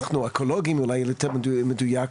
אקולוגיים אולי יותר מדויק,